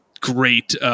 great